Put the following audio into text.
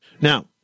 now